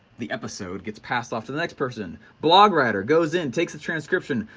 the episode gets passed off to the next person, blog writer goes in, takes the transcription,